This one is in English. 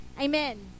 amen